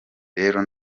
rero